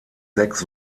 sechs